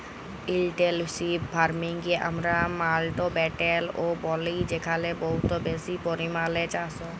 intensive farming কে আমরা মাউল্টব্যাটেল ও ব্যলি যেখালে বহুত বেশি পরিমালে চাষ হ্যয়